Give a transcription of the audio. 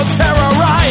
terrorize